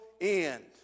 end